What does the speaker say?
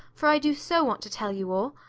for i do so want to tell you all.